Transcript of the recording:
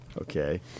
Okay